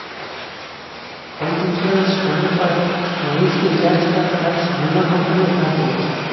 health insurance होने पर मरीज के इलाज का खर्च बीमा कंपनी उठाती है